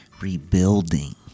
rebuilding